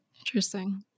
Interesting